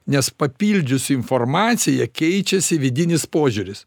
nes papildžius informaciją keičiasi vidinis požiūris